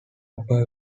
upper